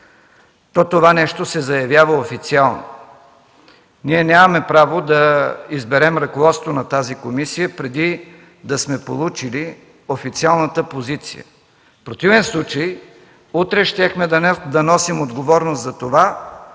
то това нещо се заявява официално. Ние нямаме право да изберем ръководство на тази комисия, преди да сме получили официалната им позиция. В противен случай утре щяхме да носим отговорност за това,